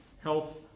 health